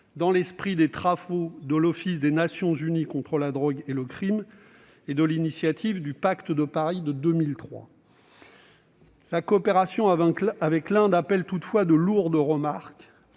dans l'esprit des travaux de l'Office des Nations unies contre la drogue et le crime et du pacte de Paris de 2003. La coopération avec l'Inde appelle toutefois de lourdes remarques,